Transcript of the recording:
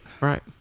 right